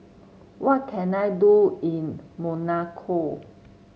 what can I do in Monaco